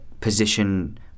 position